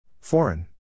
Foreign